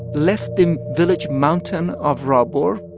left the village mountain of rabor,